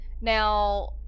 now